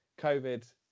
COVID